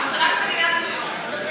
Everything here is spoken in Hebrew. אבל זה רק מדינת ניו יורק.